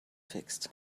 fixed